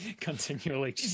Continually